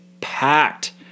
packed